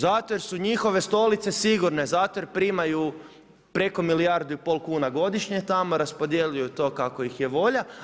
Zato jer su njihove stolice sigurne, zato jer primaju preko milijardu i pol kuna godišnje, tamo raspodjeljuju to kako ih je volja.